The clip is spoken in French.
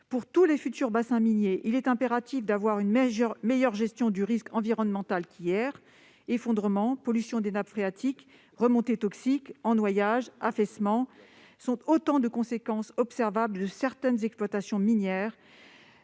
Pour tous les futurs bassins miniers, il est impératif d'avoir une meilleure gestion du risque environnemental qu'hier. Effondrements, pollution des nappes phréatiques, remontées toxiques, ennoyages et affaissements sont autant de conséquences observables de certaines exploitations minières.